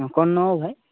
ହଁ କ'ଣ ନେବ ଭାଇ